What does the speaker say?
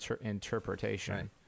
interpretation